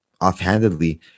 offhandedly